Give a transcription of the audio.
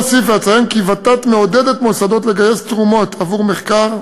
עוד אוסיף ואציין כי ות"ת מעודדת מוסדות לגייס תרומות עבור מחקר,